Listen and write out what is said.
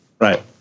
Right